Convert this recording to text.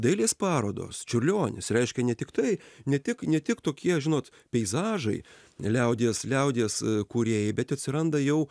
dailės parodos čiurlionis reiškia ne tik tai ne tik ne tik tokie žinot peizažai liaudies liaudies kūrėjai bet atsiranda jau